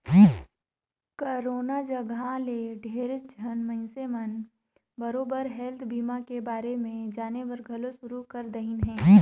corona जघा ले ढेरेच झन मइनसे मन बरोबर हेल्थ बीमा के बारे मे जानेबर घलो शुरू कर देहिन हें